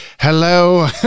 Hello